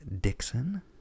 Dixon